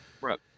Right